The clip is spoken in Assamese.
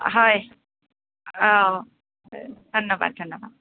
হয় অঁ হয় ধন্যবাদ ধন্যবাদ